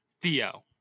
Theo